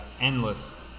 Endless